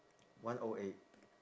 one O eight